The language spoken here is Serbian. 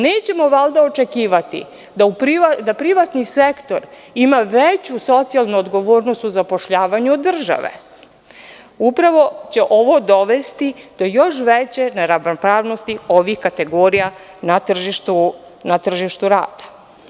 Nećemo valjda očekivati, da privatni sektor ima veću socijalnu odgovornost u zapošljavanju od države, upravo će ovo dovesti do još veće neravnopravnosti ovih kategorija na tržištu rada.